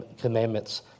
commandments